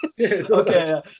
Okay